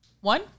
One